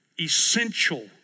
essential